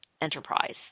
enterprise